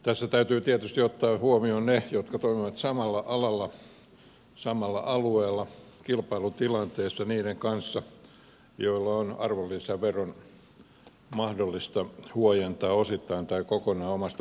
tässä täytyy tietysti ottaa huomioon ne jotka toimivat samalla alalla samalla alueella kilpailutilanteessa niiden kanssa joiden on arvonlisävero mahdollista huojentaa osittain tai kokonaan omasta liiketoiminnasta